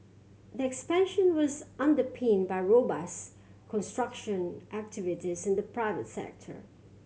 the expansion was underpinned by robust construction activities in the private sector